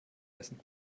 essen